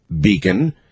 beacon